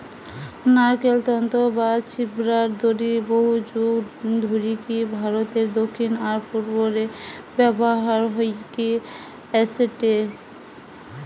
নারকেল তন্তু বা ছিবড়ার দড়ি বহুযুগ ধরিকি ভারতের দক্ষিণ আর পূর্ব রে ব্যবহার হইকি অ্যাসেটে